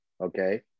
okay